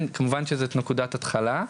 כמובן שזאת נקודת התחלה,